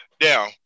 now